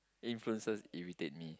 influencers irritate me